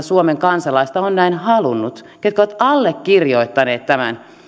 suomen kansalaista on näin halunnut jotka ovat allekirjoittaneet tämän